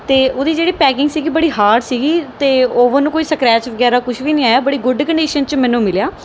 ਅਤੇ ਉਹਦੀ ਜਿਹੜੀ ਪੈਕਿੰਗ ਸੀਗੀ ਬੜੀ ਹਾਰਡ ਸੀਗੀ ਅਤੇ ਓਵਨ ਨੂੰ ਕੋਈ ਸਕਰੈਚ ਵਗੈਰਾ ਕੁਛ ਵੀ ਨਹੀਂ ਆਇਆ ਬੜੀ ਗੁੱਡ ਕੰਡੀਸ਼ਨ 'ਚ ਮੈਨੂੰ ਮਿਲਿਆ